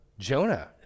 Jonah